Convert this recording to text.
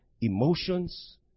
emotions